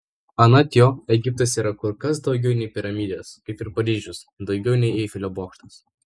anot jo egiptas yra kur kas daugiau nei piramidės kaip ir paryžius daugiau nei eifelio bokštas